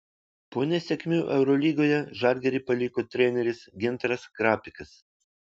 po nesėkmių eurolygoje žalgirį paliko treneris gintaras krapikas